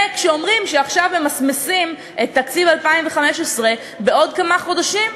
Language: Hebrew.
וכשאומרים שעכשיו ממסמסים את תקציב 2015 בעוד כמה חודשים,